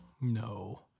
no